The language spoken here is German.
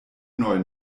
neu